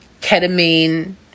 ketamine